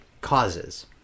causes